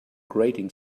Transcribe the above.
grating